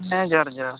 ᱦᱮᱸ ᱡᱚᱦᱟᱨ ᱡᱚᱦᱟᱨ